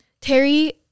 Terry